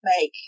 make